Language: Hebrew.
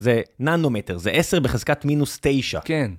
זה ננומטר, זה 10 בחזקת מינוס 9. כן.